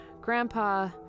grandpa